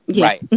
Right